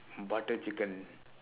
butter chicken